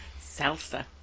Salsa